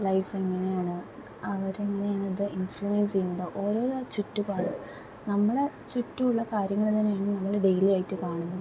life എങ്ങനെയാണ് അവരെങ്ങനെയാണ് അത് ഇൻഫ്ലുൻസ്സ് ചെയ്യുന്നത് ഓരോരോ ചുറ്റുപാട് നമ്മുടെ ചുറ്റുവുള്ള കാര്യങ്ങളിൽ നിന്നാണ് നമ്മള് ഡെയിലി ആയിട്ട് കാണുന്നത്